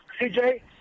CJ